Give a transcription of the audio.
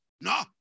No